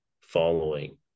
following